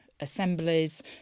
assemblies